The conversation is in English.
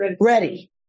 ready